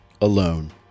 alone